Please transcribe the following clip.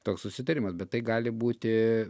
toks susitarimas bet tai gali būti